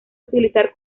utilizar